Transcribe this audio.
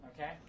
okay